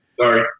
sorry